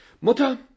Mutter